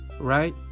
right